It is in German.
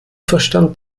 verstand